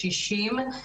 'שישים',